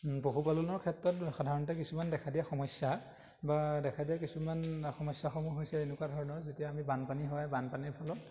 পশুপালনৰ ক্ষেত্ৰত সাধাৰণতে কিছুমান দেখা দিয়া সমস্যা বা দেখা দিয়া কিছুমান সমস্যাসমূহ হৈছে এনেকুৱা ধৰণৰ যেতিয়া আমি বানপানী হয় বানপানীৰ ফলত